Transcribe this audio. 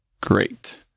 Great